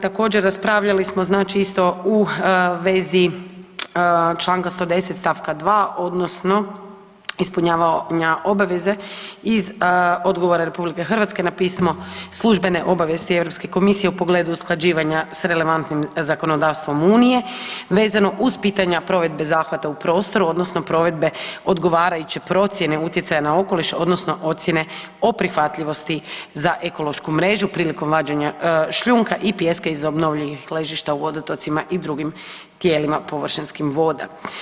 Također raspravljali smo znači isto u vezi čl. 110. st. 2. odnosno ispunjavanja obveze iz odgovora RH na pismo službene obavijesti Europske komisije u pogledu usklađivanja s relevantnim zakonodavstvom unije vezano uz pitanja provedbe zahvata u prostoru odnosno provedbe odgovarajuće procjene utjecaja na okoliš odnosno ocijene o prihvatljivosti za ekološku mrežu prilikom vađenja šljunka i pijeska iz obnovljivih ležišta u vodotocima i drugim tijelima površinskih voda.